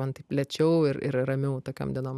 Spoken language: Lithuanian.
man taip lėčiau ir ramiau tokiom dienom